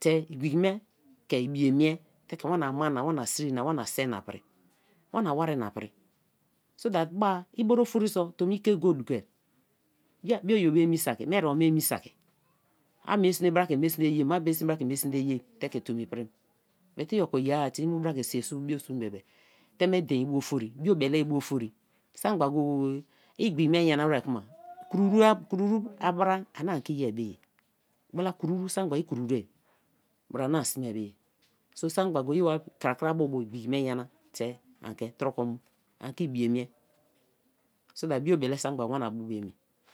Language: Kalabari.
te igbiki me ke ibiee mie te ke wana-a-ma na. wana siri na. wana se na pri. wana wari na pri. So that bai bai ofori so. tomi ike go dukoa, yea bio oyio be emi saki. mie ere-oma emi saki. a mie sme bra ke mie sime yim. a mie sme bra ke mie sme yim. tomi prim but i okun ye-a te i mu bru ke siwa suku bio siom bebe teme dein ibu ofori. biobele ibu ofori. sak memgba go-go-e igbiki me nyana wer kuma kruru a bra ana ke i ye be ye gbala kruru sak memgba i kruru a bia ana sme bei. So saki memgba o ye wa krakra bra bo igbiki me nyana te an ke troko mu an ke i biye mie so that bio bele saki memgba wana bu bo-emi